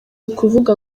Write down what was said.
ukuvuga